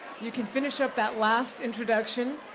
you can finish up that last introduction.